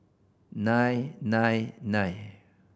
nine nine nine